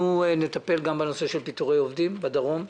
אנחנו נטפל גם בנושא של פיטורי עובדים בדרום.